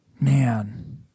Man